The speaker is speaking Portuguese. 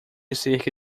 cerca